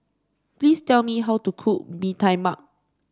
please tell me how to cook Bee Tai Mak